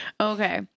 Okay